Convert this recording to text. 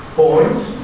points